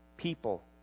people